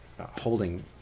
Holding